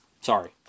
Sorry